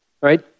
right